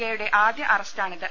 ഐയുടെ ആദ്യ അറസ്റ്റാണിത്